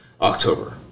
October